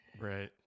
right